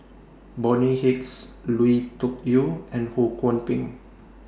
Bonny Hicks Lui Tuck Yew and Ho Kwon Ping